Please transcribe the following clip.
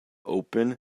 open